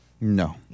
No